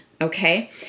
okay